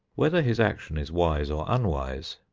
whether his action is wise or unwise,